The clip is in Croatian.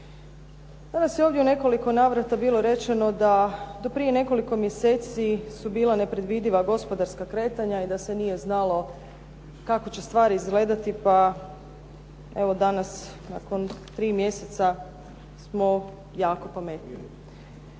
Danas je ovdje u nekoliko navrata bilo rečeno da do prije nekoliko mjeseci su bila nepredvidiva gospodarska kretanja i da se nije znalo kako će stvari izgledati, pa evo danas nakon tri mjeseca smo jako pametniji.